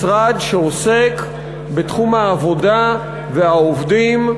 משרד שעוסק בתחום העבודה והעובדים,